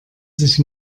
sich